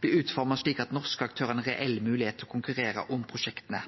blir utforma slik at norske aktørar har ei reell moglegheit til å konkurrere om prosjekta.